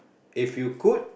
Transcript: if you could